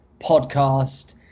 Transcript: Podcast